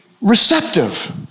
receptive